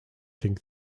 think